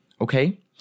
Okay